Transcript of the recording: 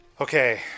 Okay